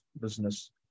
business